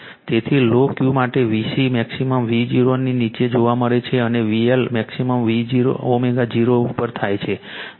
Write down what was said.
તેથી લો Q સાથે VC મેક્સિમમ ω0 ની નીચે જોવા મળે છે અને VL મેક્સિમમ ω0 ઉપર થાય છે